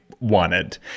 wanted